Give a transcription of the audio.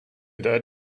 died